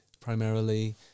primarily